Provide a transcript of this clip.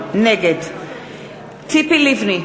נגד ציפי לבני,